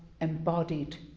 embodied